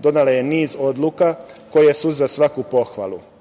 donela niz odluka koje su za svaku pohvalu.